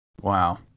Wow